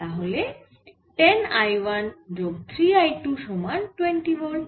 তাহলে 10 I 1 যোগ 3 I 2 সমান 20 ভোল্ট